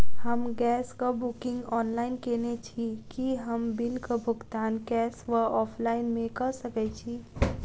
हम गैस कऽ booking online केने छी, की हम बिल कऽ भुगतान कैश वा ऑफलाइन मे कऽ सकय छी?